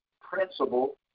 principle